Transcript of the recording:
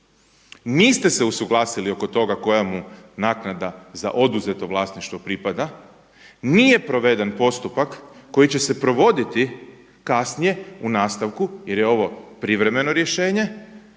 niste se usuglasili oko toga koja mu naknada za oduzeto vlasništvo pripada, nije proveden postupak koji će se provoditi kasnije u nastavku jer je ovo privremeno rješenje,